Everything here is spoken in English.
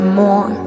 more